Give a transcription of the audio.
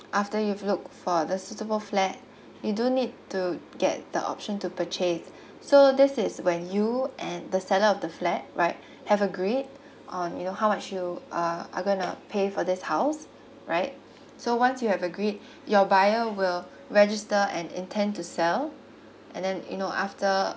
after you've look for the suitable flat you do need to get the option to purchase so this is when you and the seller of the flat right have agreed on you know how much you uh are gonna pay for this house right so once you have agreed your buyer will register and intend to sell and then you know after